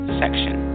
section